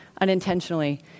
unintentionally